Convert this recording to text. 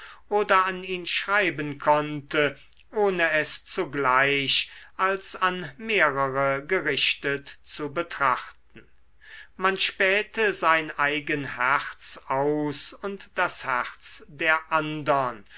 oder an ihn schreiben konnte ohne es zugleich als an mehrere gerichtet zu betrachten man spähte sein eigen herz aus und das herz der andern